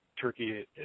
turkey